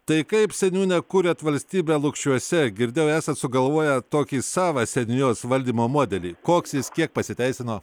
tai kaip seniūne kuriat valstybę lukšiuose girdėjau esat sugalvoję tokį savą seniūnijos valdymo modelį koks jis kiek pasiteisino